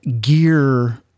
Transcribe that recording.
gear